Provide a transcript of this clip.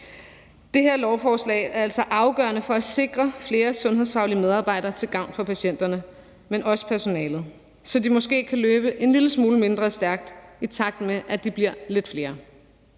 Det her lovforslag er altså afgørende for at sikre flere sundhedsfaglige medarbejdere til gavn for patienterne, men også for personalet, så de måske kan løbe en lille smule mindre stærkt, i takt med at de bliver lidt flere.